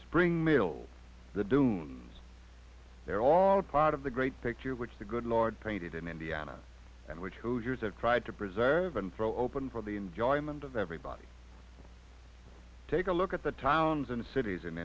spring mill the dunes they're all part of the great picture which the good lord painted in indiana and which hoosiers have tried to preserve and throw open for the enjoyment of everybody take a look at the towns and cities in